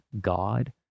God